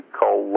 call